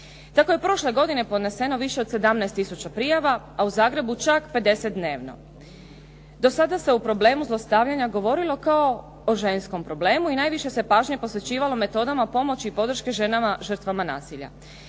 Tako je prošle godine podneseno više od 17000 prijava, a u Zagrebu čak 50 dnevno. Do sada se o problemu zlostavljanja govorilo kao o ženskom problemu i najviše se pažnje posvećivalo metodama pomoći i podrške ženama žrtvama nasilja.